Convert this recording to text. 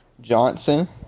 Johnson